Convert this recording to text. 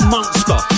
Monster